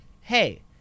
Hey